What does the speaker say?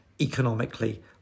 economically